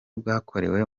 bwakorewe